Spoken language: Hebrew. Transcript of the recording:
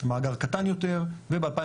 מאגר קטן יותר וב-2019,